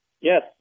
Yes